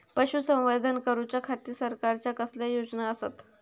पशुसंवर्धन करूच्या खाती सरकारच्या कसल्या योजना आसत?